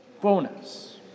bonus